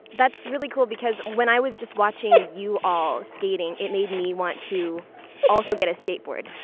that's really cool, because when i was just watching you all skating, it made me want to also get a skateboard.